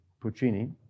Puccini